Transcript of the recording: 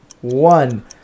one